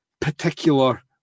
particular